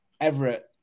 Everett